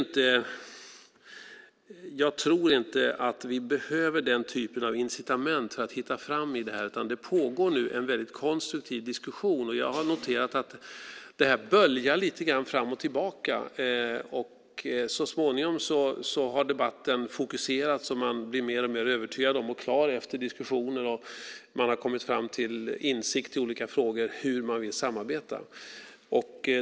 Jag tror inte att vi behöver den typen av incitament för att hitta fram, utan det pågår nu en väldigt konstruktiv diskussion, och jag har noterat att den böljar lite fram och tillbaka. Så småningom har debatten fokuserats och man blir efter diskussioner mer och mer övertygad om och klar över hur man vill samarbeta i olika frågor.